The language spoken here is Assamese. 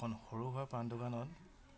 এখন সৰু সুৰা পাণ দোকানত